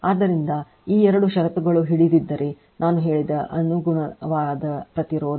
ಆದ್ದರಿಂದ ಈ ಎರಡು ಷರತ್ತುಗಳು ಹಿಡಿದಿದ್ದರೆ ನಾನು ಹೇಳಿದ ಅನುಗುಣವಾದ ಪ್ರತಿರೋಧ